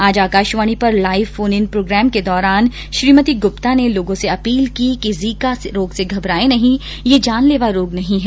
आज आकाशवाणी पर live phone in कार्यक्रम के दौरान श्रीमती गुप्ता ने लोगों से अपील कि जीका रोग से घबराएं नही यह जान लेवारोग नहीं है